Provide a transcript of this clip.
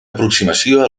aproximació